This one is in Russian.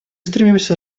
стремимся